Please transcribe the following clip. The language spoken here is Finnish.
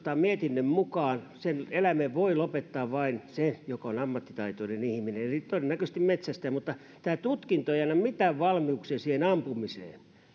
mietinnön mukaan sen eläimen voi lopettaa vain se joka on ammattitaitoinen ihminen eli todennäköisesti metsästäjä mutta tämä tutkinto ei ei anna mitään valmiuksia siihen ampumiseen mutta